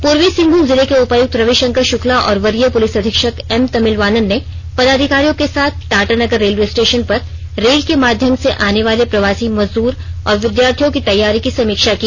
पूर्वी सिंहमूम जिले के उपायुक्त रवि शंकर शुक्ला और वरीय पुलिस अधीक्षक एम तमिलवानन ने पदाधिकारियों के साथ टाटानगर रेलवे स्टेशन पर रेल के माध्यम से आने वाले प्रवासी मजदूर और विद्यार्थियों की तैयारी की समीक्षा की